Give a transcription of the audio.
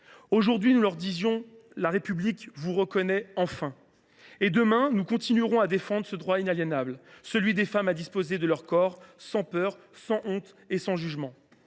aujourd’hui : la République vous reconnaît, enfin. Et demain, nous continuerons à défendre le droit inaliénable des femmes à disposer de leur corps, sans peur, sans honte et sans jugement.